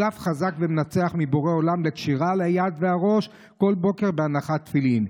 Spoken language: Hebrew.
קלף חזק ומנצח מבורא עולם לקשירה על היד והראש כל בוקר בהנחת תפילין.